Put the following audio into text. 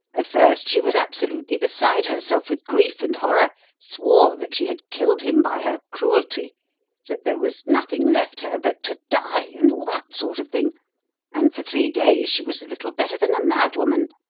at first she was absolutely beside herself with grief and horror swore that she had killed him by her cruelty that there was nothing left her but to die, and all that sort of thing and for three days she was little better than a mad woman.